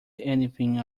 anything